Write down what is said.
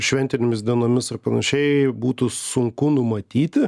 šventinėmis dienomis ar panašiai būtų sunku numatyti